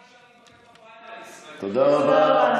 אי-אפשר להיבחר בפריימריז, תודה רבה.